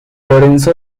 lorenzo